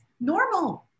normal